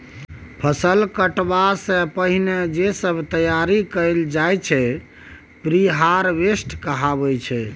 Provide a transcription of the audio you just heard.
फसल कटबा सँ पहिने जे सब तैयारी कएल जाइत छै प्रिहारवेस्ट कहाबै छै